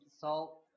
salt